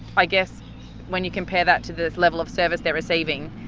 i guess when you compare that to the level of service they're receiving,